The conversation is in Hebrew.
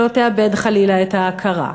שלא תאבד חלילה את ההכרה.